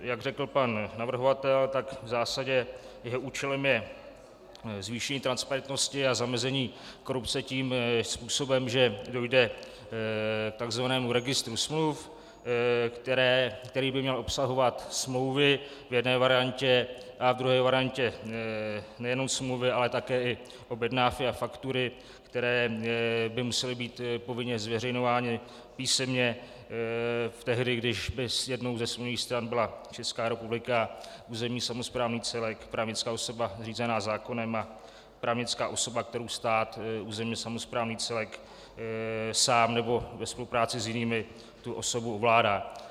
Jak řekl pan navrhovatel, tak v zásadě účelem je zvýšení transparentnosti a zamezení korupce tím způsobem, že dojde k takzvanému registru smluv, který by měl obsahovat smlouvy v jedné variantě a v druhé variantě nejenom smlouvy, ale také objednávky a faktury, které by musely být povinně zveřejňovány písemně tehdy, když by jednou ze smluvních stran byla Česká republika, územně samosprávný celek, právnická osoba zřízená zákonem a právnická osoba, kterou stát, územně samosprávný celek, sám nebo ve spolupráci s jinými, tu osobu ovládá.